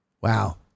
Wow